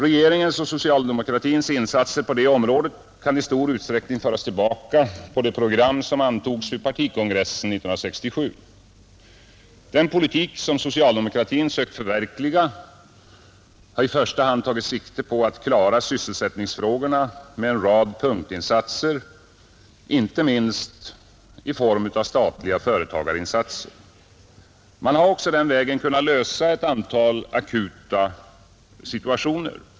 Regeringens och socialdemokratins insats på det området kan i stor utsträckning föras tillbaka på det program som antogs vid partikongressen 1967. Den politiken som socialdemokratin sökt förverkliga har i första hand tagit sikte på att lösa sysselsättningsfrågorna med en rad punktinsatser, inte minst i form av statliga företagarinsatser. Man har också den vägen kunnat klara ett antal akuta situationer.